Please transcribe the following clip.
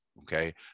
Okay